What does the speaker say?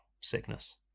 sickness